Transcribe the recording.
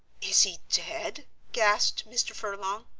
is he dead? gasped mr. furlong.